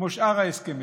כמו שאר ההסכמים.